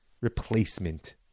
replacement